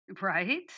Right